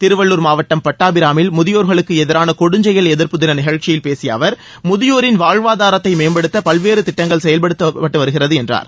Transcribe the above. திருவள்ளூர் மாவட்டம் பட்டாபிராமில் முதியோர்களுக்கு எதிரான கொடுஞ்செயல் எதிர்ப்பு தின நிகழ்ச்சியில் பேசிய அவர் முதியோரின் வாழ்வாதாரத்தை மேம்படுத்த பல்வேறு திட்டங்கள் செயல்படுத்தப்பட்டு வருகிறது என்றார்